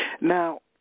Now